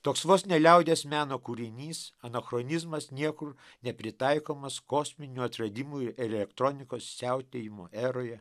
toks vos ne liaudies meno kūrinys anachronizmas niekur nepritaikomas kosminių atradimų ir elektronikos siautėjimo eroje